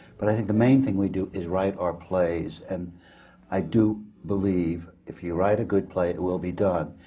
but i think the main thing we do is write our plays. and i do believe, if you write a good play, it will be done.